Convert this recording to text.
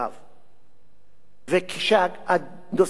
וכשהנושא יבוא לדיון בכנסת,